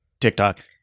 TikTok